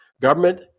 government